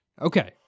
Okay